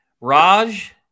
Raj